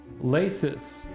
Laces